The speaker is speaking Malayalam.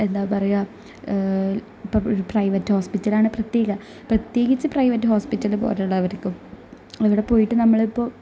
എന്താ പറയാ ഇപ്പം പ്രൈവറ്റ് ഹോസ്പിറ്റലാണെ വൃത്തീല്ല പ്രത്യേകിച്ച് പ്രൈവറ്റ് ഹോസ്പിറ്റല് പോലുള്ളവർക്കും അവിടെ പോയിട്ട് നമ്മളിപ്പോൾ